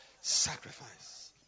Sacrifice